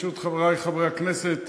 ברשות חברי חברי הכנסת,